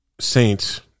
saints